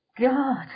God